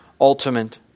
ultimate